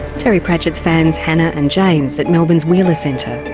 terry pratchett fans hannah and james at melbourne's wheeler centre.